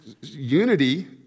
unity